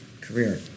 career